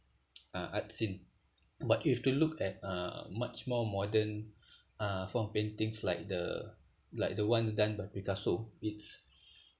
uh art scene but if you were to look at uh much more modern uh form of paintings like the like the ones done by picasso it's